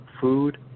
food